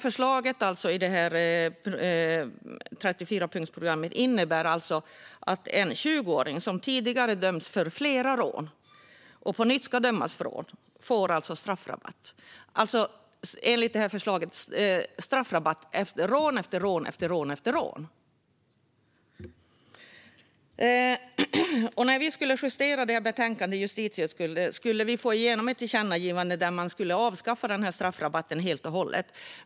Förslaget i 34-punktsprogrammet innebär alltså att en 20-åring som tidigare dömts för flera rån och på nytt döms för rån får straffrabatt - för rån efter rån efter rån. När vi skulle justera detta betänkande i justitieutskottet skulle vi få igenom ett tillkännagivande om att straffrabatten ska avskaffas helt.